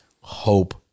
hope